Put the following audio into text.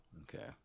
Okay